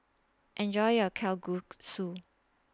Enjoy your Kalguksu